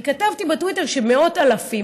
כי כתבתי בטוויטר על מאות אלפים,